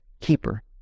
keeper